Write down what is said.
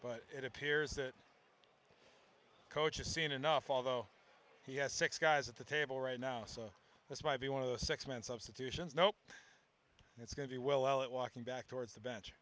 but it appears that coach has seen enough although he has six guys at the table right now so this might be one of the six men substitutions no it's going to be well it walking back towards the bench